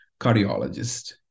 cardiologist